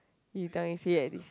he tell me say that this